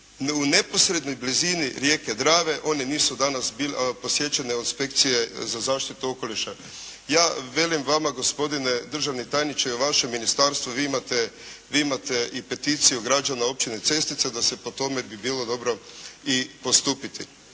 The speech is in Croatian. u neposrednoj blizini rijeke Drave, one nisu danas posjećene od Inspekcije za zaštitu okoliša. Ja velim vama, gospodine državni tajniče, i u vašem ministarstvu vi imate i peticiju građana općine Cestica da po tome bi bilo dobro i postupiti.